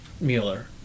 Mueller